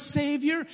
savior